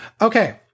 Okay